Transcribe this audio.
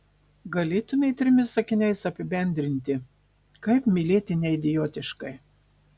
galėtumei trimis sakiniais apibendrinti kaip mylėti neidiotiškai